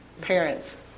parents